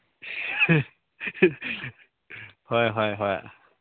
ꯍꯣꯏ ꯍꯣꯏ ꯍꯣꯏ